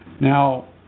now